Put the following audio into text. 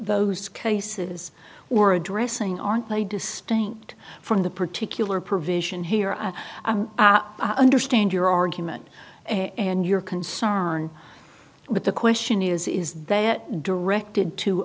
those cases were addressing aren't by distinct from the particular provision here i understand your argument and your concern with the question is is that directed to